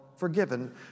forgiven